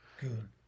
Good